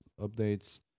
updates